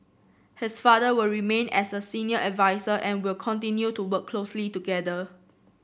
his father will remain as a senior adviser and will continue to work closely together